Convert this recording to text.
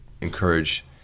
encourage